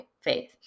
faith